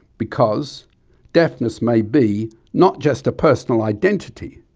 because deafness may be not just a personal identity,